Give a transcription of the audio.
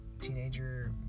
teenager